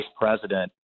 president